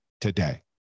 today